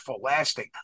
lasting